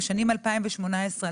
בשנים 20185,